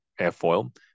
airfoil